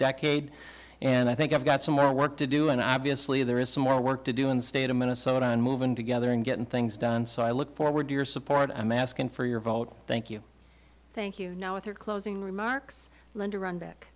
decade and i think i've got some more work to do and i obviously there is some more work to do in the state of minnesota and move in together and getting things done so i look forward to your support i'm asking for your vote thank you thank you now with your closing remarks linda runback